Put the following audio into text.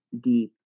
deep